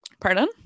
Pardon